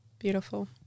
Beautiful